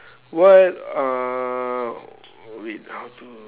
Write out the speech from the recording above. what uh wait how to